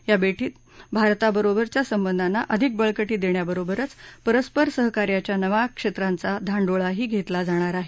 या भेटीत भारताबरोबरच्या संबंधाना अधिक बळकटी देण्याबरोबरच परस्पर सहकार्याच्या नव्या क्षेत्रांचाही धाडोंळा घेतला जाणार आहे